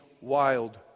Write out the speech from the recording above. wild